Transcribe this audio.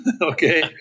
Okay